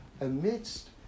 amidst